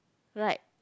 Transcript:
right